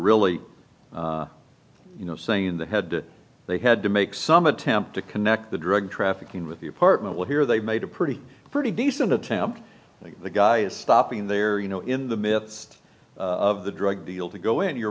really you know saying in the head they had to make some attempt to connect the drug trafficking with the apartment while here they made a pretty pretty decent attempt the guy is stopping there you know in the midst of the drug deal to go in you're